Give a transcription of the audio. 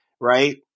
right